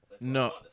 No